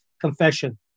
confession